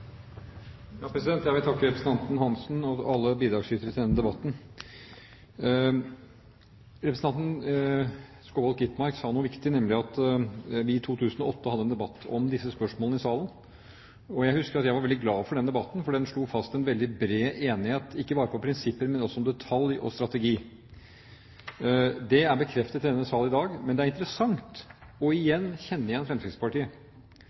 alle bidragsyterne til denne debatten. Representanten Skovholt Gitmark sa noe viktig, nemlig at vi i 2008 hadde en debatt om disse spørsmålene i salen. Jeg husker at jeg var veldig glad for den debatten, for den slo fast en veldig bred enighet ikke bare om prinsipper, men også om detaljer og strategi. Det er bekreftet i denne sal i dag. Men det er interessant igjen å kjenne igjen Fremskrittspartiet,